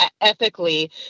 Ethically